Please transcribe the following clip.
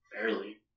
Barely